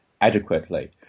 adequately